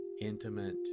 intimate